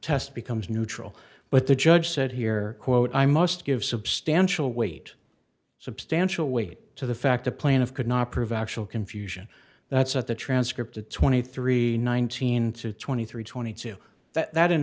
test becomes neutral but the judge said here quote i must give substantial weight substantial weight to the fact the plan of could not prove actual confusion that's at the transcript the twenty three nineteen to twenty three twenty two that